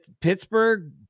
Pittsburgh